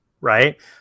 right